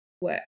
work